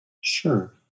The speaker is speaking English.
Sure